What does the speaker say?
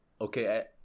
Okay